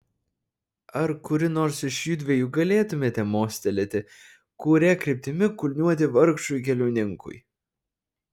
ar kuri nors iš judviejų galėtumėte mostelėti kuria kryptimi kulniuoti vargšui keliauninkui